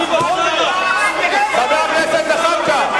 חבר הכנסת זחאלקה.